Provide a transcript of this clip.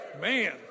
man